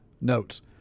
notes